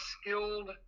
skilled